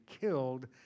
killed